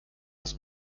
das